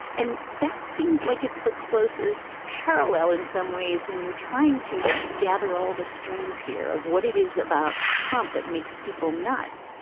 and that seems like it's the closest parallel in some ways when you're trying to gather all the strings here of what it is about trump that makes people nuts.